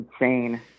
insane